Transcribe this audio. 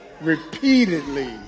repeatedly